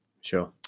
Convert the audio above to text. Sure